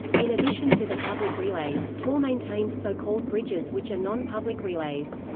in addition to the public relays, tor maintains so-called bridges which are non-public relays.